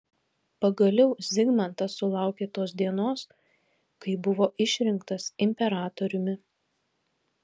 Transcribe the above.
pagaliau zigmantas sulaukė tos dienos kai buvo išrinktas imperatoriumi